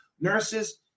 nurses